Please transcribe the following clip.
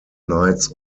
nights